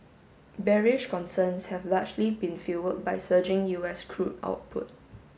bearish concerns have largely been fuelled by surging U S crude output